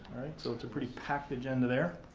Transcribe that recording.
so, it's a pretty packed agenda there.